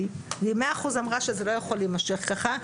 ומאה אחוז אמרה שזה לא יכול להימשך כך.